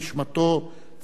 צרורה בצרור החיים.